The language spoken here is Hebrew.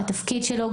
התפקיד שלו,